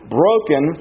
broken